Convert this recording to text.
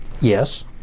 Yes